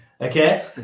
Okay